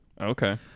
Okay